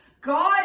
God